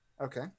Okay